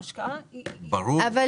ברור, ברור.